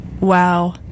wow